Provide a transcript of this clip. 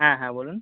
হ্যাঁ হ্যাঁ বলুন